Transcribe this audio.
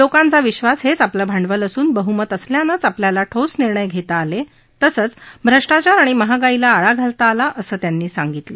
लोकांचा विधास हेच आपलं भांडवल असून बह्मत असल्यानंच आपल्याला ठोस निर्णय घेता आले तसंच भ्रष्टाचार आणि महागाईला आळा घालता आला असं त्यांनी सांगितलं